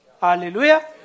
Hallelujah